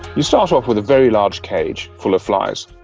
you start off with a very large cage full of flies.